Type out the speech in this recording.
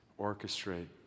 orchestrate